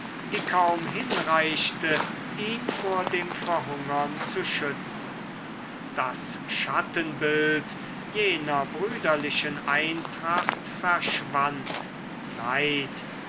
die kaum hinreichte ihn vor dem verhungern zu schützen das schattenbild jener brüderlichen eintracht verschwand neid